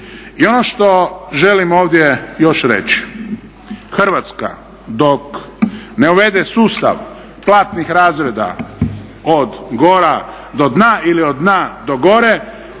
I ono što želim ovdje još reći, Hrvatska dok ne uvede sustav platnih razreda od gore do dna ili od dna do gore,